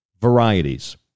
varieties